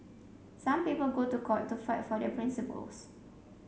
some people go to court to fight for their principles